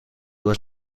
was